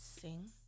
Sing